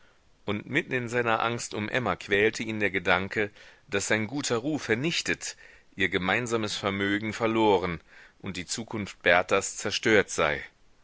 und mitten in seiner angst um emma quälte ihn der gedanke daß sein guter ruf vernichtet ihr gemeinsames vermögen verloren und die zukunft bertas zerstört sei